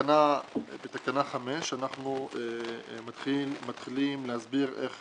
בתקנה ,5 אנחנו מתחילים להסביר איך